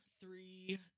three